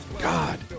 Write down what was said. god